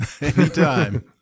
Anytime